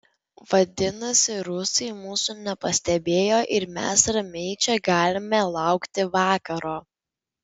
vadinasi rusai mūsų nepastebėjo ir mes ramiai čia galime laukti vakaro